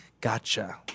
gotcha